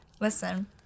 Listen